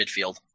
midfield